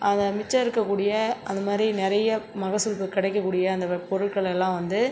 அதை மிச்சம் இருக்கக்கூடிய அந்த மாதிரி நிறைய மகசூல்கள் கிடைக்கக்கூடிய அந்த பொருட்கள் எல்லாம் வந்து